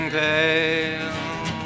pale